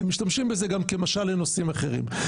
הם משתמשים בזה גם כמשל לנושאים אחרים.